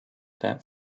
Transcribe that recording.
that